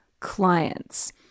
clients